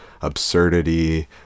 absurdity